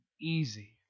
easy